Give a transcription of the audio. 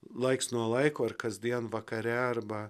laiks nuo laiko ir kasdien vakare arba